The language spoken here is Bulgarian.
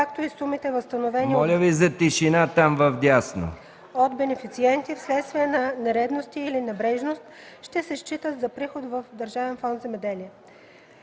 както и сумите, възстановени от бенефициенти вследствие на нередности или небрежност, ще се считат за приход на Държавен фонд „Земеделие”.